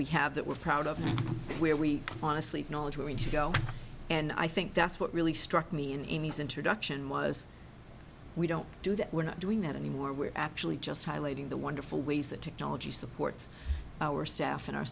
we have that we're proud of where we honestly knowledge we're going to go and i think that's what really struck me in a nice introduction was we don't do that we're not doing that anymore we're actually just highlighting the wonderful ways that technology supports our staff and our